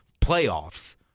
playoffs